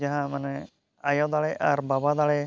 ᱡᱟᱦᱟᱸ ᱢᱟᱱᱮ ᱟᱭᱳᱫᱟᱲᱮ ᱟᱨ ᱵᱟᱵᱟ ᱫᱟᱲᱮ